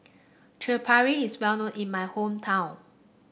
Chaat Papri is well known in my hometown